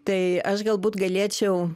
tai aš galbūt galėčiau